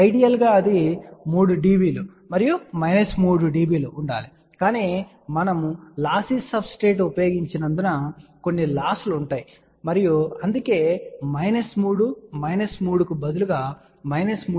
ideal గా అది 3 dB మరియు 3 dB ఉండాలి కాని మనము లాస్సీ సబ్స్ట్రేట్ ఉపయోగించినందున కొన్ని లాస్ లు ఉంటాయి మరియు అందుకే 3 3 కు బదులుగా 3